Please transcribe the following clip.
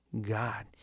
God